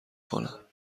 کنم